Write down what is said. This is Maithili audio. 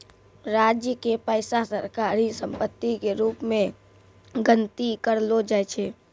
राज्य के पैसा सरकारी सम्पत्ति के रूप मे गनती करलो जाय छै